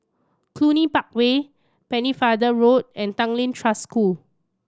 Cluny Park Way Pennefather Road and Tanglin Trust School